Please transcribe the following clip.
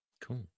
Cool